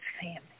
family